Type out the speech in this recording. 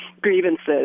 grievances